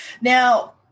now